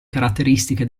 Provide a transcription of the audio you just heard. caratteristiche